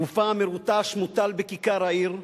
גופה המרוטש מוטל בכיכר העיר,